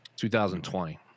2020